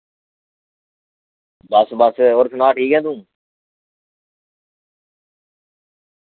बस बस होर सनाऽ ठीक ऐ तूं